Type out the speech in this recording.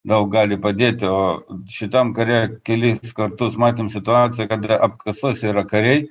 daug gali padėti o šitam kare kelis kartus matėm situaciją kad ir apkasuose yra kariai